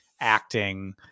acting